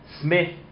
Smith